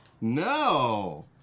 no